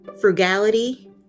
frugality